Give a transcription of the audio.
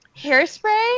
Hairspray